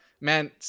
man